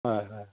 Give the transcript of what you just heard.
হয় হয়